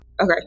Okay